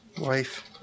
wife